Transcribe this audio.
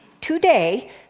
today